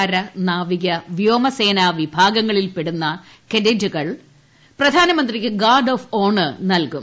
കര നാവിക വ്യോമസേനാവിഭാഗങ്ങളിൽപെടുന്ന കേഡറ്റുകൾ പ്രധാനമന്ത്രിക്ക് ഗാർഡ് ഓഫ് ഓണർ നൽകും